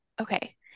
Okay